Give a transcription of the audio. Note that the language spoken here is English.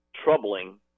Troubling